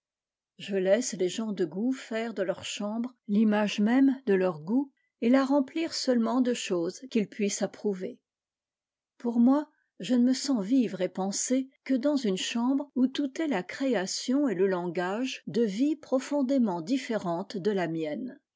je laisse les gens de goût faire de leur chambre l'image même de leur goût et la remplir seulement de choses qu'il puisse approuver pour moi je ne me sens vivre et penser que dans une chambre où tout est la création et le langage de vies profondément différentes de la mienne